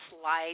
slide